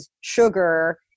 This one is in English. sugar